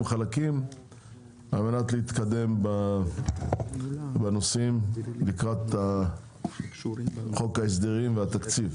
חלקים על מנת להתקדם בנושאים לקראת חוק ההסדרים והתקציב.